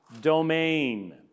domain